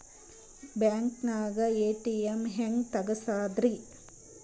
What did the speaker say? ಬ್ಯಾಂಕ್ದಾಗ ಎ.ಟಿ.ಎಂ ಹೆಂಗ್ ತಗಸದ್ರಿ?